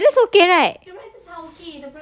uh the brothers okay right